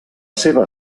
seva